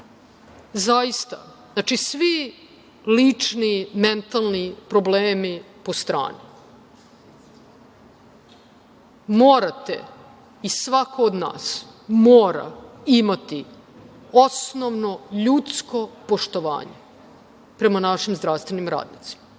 Zaista, znači, svi liči, mentalni problemi po strani. Morate, i svako od nas, mora imati osnovno ljudsko poštovanje prema našim zdravstvenim radnicima.